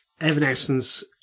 Evanescence